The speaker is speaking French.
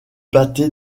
pâté